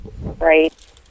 right